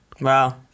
Wow